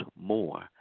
More